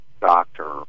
doctor